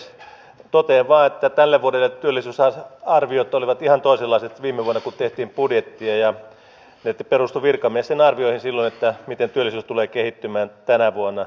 totean vain että tälle vuodelle työllisyysarviot olivat ihan toisenlaiset viime vuonna kun tehtiin budjettia ja ne perustuivat silloin virkamiesten arvioihin siitä miten työllisyys tulee kehittymään tänä vuonna